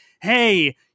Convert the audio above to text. Hey